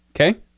Okay